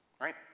right